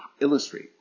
illustrate